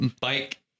bike